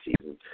season